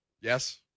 Yes